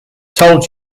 told